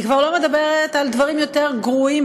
אני כבר לא מדברת על דברים יותר "גרועים",